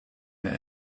mehr